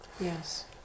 Yes